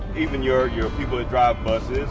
even your your people that drive buses